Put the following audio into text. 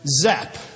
Zap